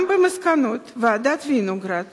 גם במסקנות ועדת-וינוגרד